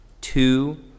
two